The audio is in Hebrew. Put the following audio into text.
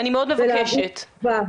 ולהביא תשובה.